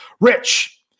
Rich